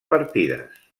partides